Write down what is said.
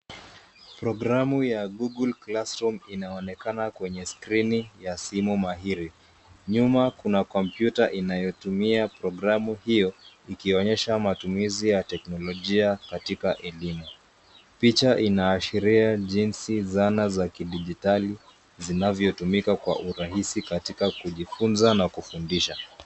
Programu ya Google classroom inaonekana kwenye skrini ya simu mahiri. Nyuma kuna kompyuta inayotumia programu hiyo ikionyesha matumizi ya teknolojia katika elimu. Picha inaashiria jinsi zana za kidigitali zinavyotumika kwa urahisi katika kujifunza na kufundisha.